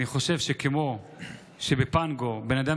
אני חושב שכמו שבפנגו בן אדם